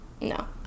No